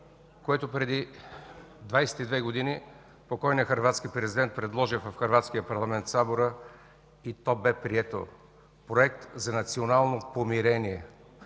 което преди 22 години покойният хърватски президент предложи в хърватския парламент Събора, и то бе прието – Проект за национално помирение.